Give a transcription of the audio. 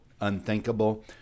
unthinkable